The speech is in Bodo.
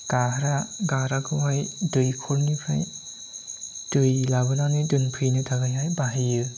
गाह्रा गाह्राखौहाय दैखरनिफ्राय दै लाबोनानै दोनफैनो थाखायहाय बाहायो